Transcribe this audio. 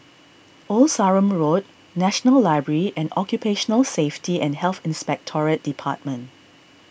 Old Sarum Road National Library and Occupational Safety and Health Inspectorate Department